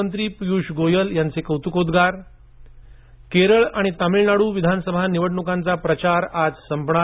मंत्री पिय्ष गोयल यांचे कौतुकोद्गार केरळ आणि तमिळनाडू विधानसभा निवडणुकांचा प्रचार आज संपणार